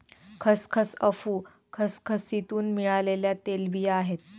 खसखस अफू खसखसीतुन मिळालेल्या तेलबिया आहे